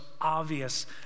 obvious